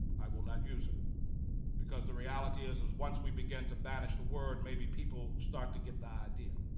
i will not use it because the reality is is once we begin to banish the word maybe people will start to get the idea